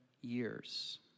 years